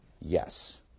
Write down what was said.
Yes